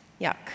Yuck